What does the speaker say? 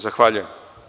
Zahvaljujem.